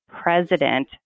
president